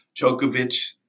Djokovic